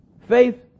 faith